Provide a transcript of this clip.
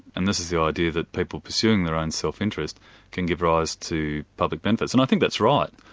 and this is the idea that people pursuing their own self-interest can give rise to public benefits, and i think that's right.